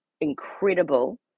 incredible